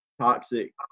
toxic